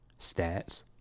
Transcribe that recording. stats